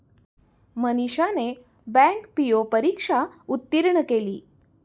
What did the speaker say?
मनीषाने bank PO परीक्षा उत्तीर्ण केली